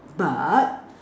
but